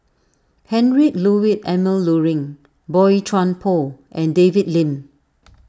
Heinrich Ludwig Emil Luering Boey Chuan Poh and David Lim